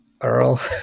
Earl